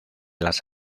las